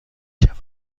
شود